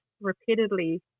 repeatedly